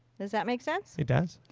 does that make sense? it does.